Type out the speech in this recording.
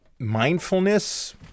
mindfulness